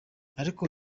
ariko